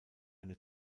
eine